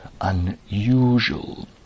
unusual